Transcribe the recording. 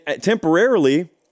temporarily